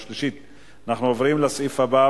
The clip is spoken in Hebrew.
בעד, 7,